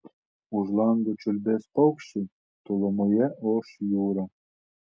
už lango čiulbės paukščiai tolumoje oš jūra